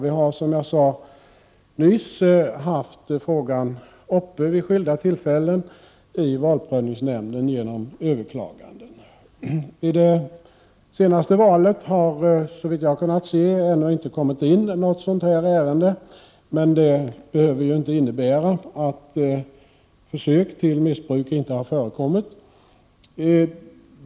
Vi har som jag sade nyss haft frågan uppe vid skilda tillfällen i valprövningsnämnden genom överklaganden. Efter det senaste valet har det, såvitt jag vet ännu inte kommit in något sådant ärende. Det behöver emellertid inte innebära att försök till missbruk inte har förekommit.